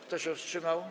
Kto się wstrzymał?